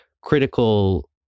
critical